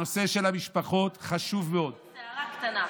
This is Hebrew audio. הנושא של המשפחות חשוב מאוד, רק הערה קטנה.